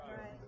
right